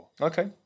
Okay